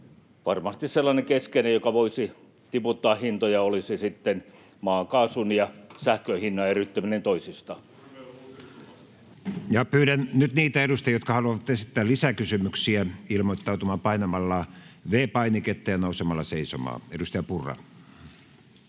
Varmasti sellainen keskeinen, joka voisi tiputtaa hintoja, olisi maakaasun ja sähkön hinnan eriyttäminen toisistaan. [Juha Mäenpää: Turve uusiutuvaksi!] Pyydän nyt niitä edustajia, jotka haluavat esittää lisäkysymyksiä, ilmoittautumaan painamalla V-painiketta ja nousemalla seisomaan. — Edustaja Purra.